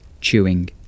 chewing